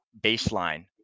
baseline